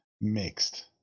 mixed